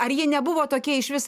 ar jie nebuvo tokie išvis